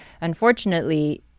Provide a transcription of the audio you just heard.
unfortunately